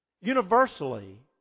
universally